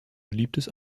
beliebtes